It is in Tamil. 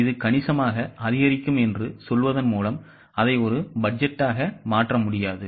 இது கணிசமாக அதிகரிக்கும் என்று சொல்வதன் மூலம் அதை ஒரு பட்ஜெட்டாக மாற்ற முடியாது